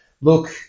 Look